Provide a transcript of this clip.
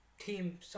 team